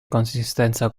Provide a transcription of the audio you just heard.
consistenza